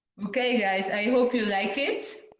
okay, guys. i hope you like it.